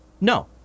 No